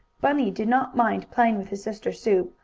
bunny did not mind playing with his sister sue,